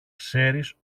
ξέρεις